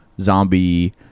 zombie